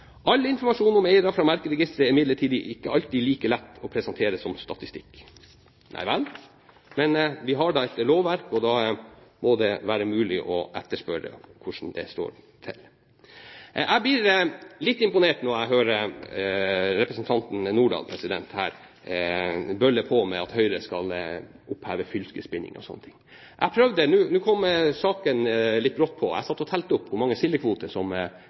informasjon om eiere fra merkeregisteret er imidlertid ikke alltid like lett å presentere som statistikk.» Nei vel, men vi har da et lovverk, og da må det være mulig å etterspørre hvordan det står til. Jeg blir litt imponert når jeg hører representanten Lange Nordahl her påstår at Høyre skal oppheve fylkesbinding og slike ting. Nå kom saken litt brått på, men jeg satt og talte opp